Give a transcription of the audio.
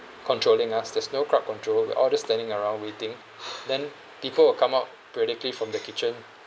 controlling us there's no crowd control we all just standing around waiting then people will come out periodically from the kitchen